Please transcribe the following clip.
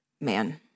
Man